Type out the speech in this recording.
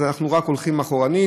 אז אנחנו רק הולכים אחורנית.